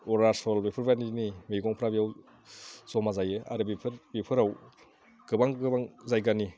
अरुनाचल बेफोरबायदिनि मैगंफोरा बेयाव जमा जायो आरो बेफोराव गोबां गोबां जायगानि